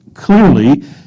Clearly